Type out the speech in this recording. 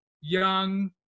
young